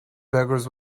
beggars